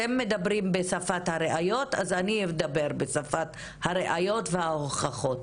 אתם מדברים בשפת הראיות אז אני אדבר בשפת הראיות וההוכחות.